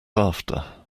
after